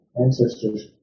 ancestors